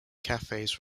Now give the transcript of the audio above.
cafes